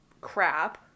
crap